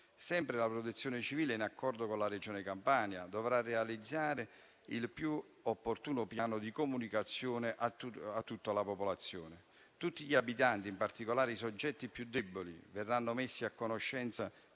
Sempre la Protezione civile, in accordo con la Regione Campania, dovrà realizzare il più opportuno piano di comunicazione a tutta la popolazione. Tutti gli abitanti, in particolare i soggetti più deboli, verranno messi a conoscenza